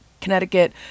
Connecticut